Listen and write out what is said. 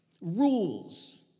rules